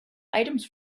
items